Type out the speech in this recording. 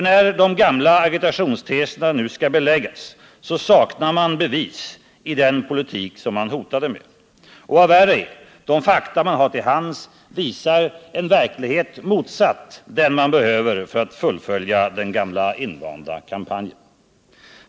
När de gamla agitationsteserna nu skall beläggas saknar man bevis i den politik som man hotade med. Och vad värre är, de fakta man har till hands visar en verklighet motsatt den man behöver för att fullfölja den gamla invanda kampanjen.